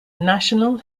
national